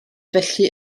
felly